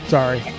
Sorry